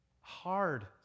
hard